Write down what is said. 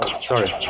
sorry